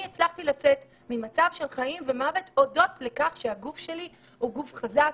אני הצלחתי לצאת ממצב של חיים ומוות אודות לכך שהגוף שלי הוא גוף חזק,